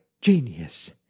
genius